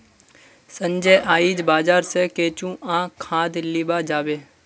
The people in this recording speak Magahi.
संजय आइज बाजार स केंचुआ खाद लीबा जाबे